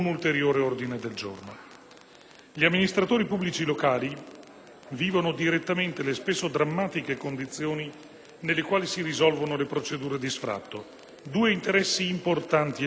Gli amministratori pubblici locali vivono direttamente le spesso drammatiche condizioni nelle quali si risolvono le procedure di sfratto: due interessi importanti e legittimi sono a confronto.